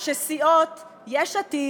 זה לא פלא שסיעות יש עתיד,